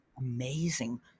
amazing